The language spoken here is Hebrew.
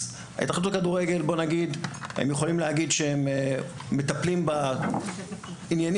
ההתאחדות לכדורגל יכולה להגיד שהם מטפלים בעניינים